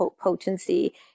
potency